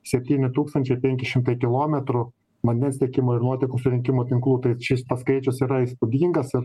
septyni tūkstančiai penki šimtai kilometrų vandens tiekimo ir nuotekų surinkimo tinklų tai šis skaičius yra įspūdingas ir